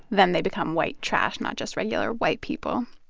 then they become white trash, not just regular white people.